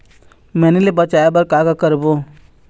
मैनी ले बचाए बर का का करबो?